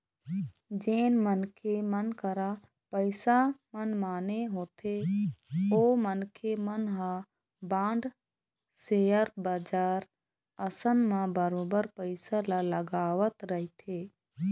जेन मनखे मन करा पइसा मनमाने होथे ओ मनखे मन ह बांड, सेयर बजार असन म बरोबर पइसा ल लगावत रहिथे